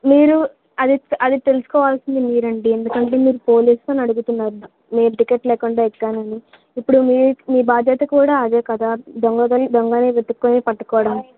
మీరు అది అది తెలుసుకోవాల్సింది మీరు అండి ఎందుకంటే మీరు పోలీసు అని అడుగుతున్నారు నేను టికెట్ లేకుండా ఎక్కాను అని ఇప్పుడు మీరు మీ బాధ్యత కూడా అదే కదా దొంగ దొంగని వెతుకుని పట్టుకోవడం